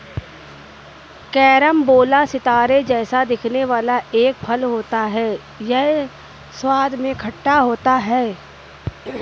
carambola सितारे जैसा दिखने वाला एक फल होता है यह स्वाद में खट्टा होता है